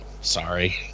sorry